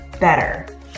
better